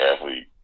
athlete